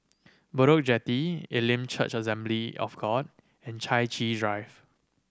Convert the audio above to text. Bedok Jetty Elim Church Assembly of God and Chai Chee Drive